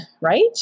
right